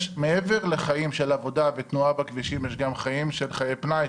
מעבר לחיים של עבודה ותנועה בכבישים יש גם חיים של פנאי,